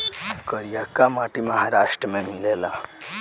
करियाका माटी महाराष्ट्र में मिलेला